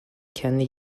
kendi